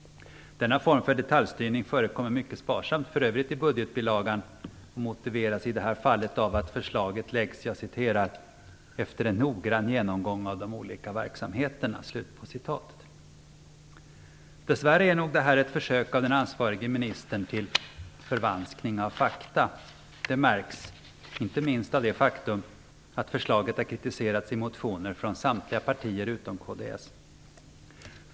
Denna form av detaljstyrning förekommer mycket sparsamt i övrigt i budgetbilagan och motiveras i det här fallet av att förslaget läggs "efter en noggrann genomgång av de olika verksamheterna". Dessvärre är nog detta ett försök av den ansvarige ministern att förvanska fakta. Det märks inte minst av det faktum att förslaget har kritiserats i motioner från samtliga partier utom kds.